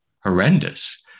horrendous